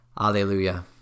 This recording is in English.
Alleluia